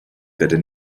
gyda